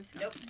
nope